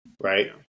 Right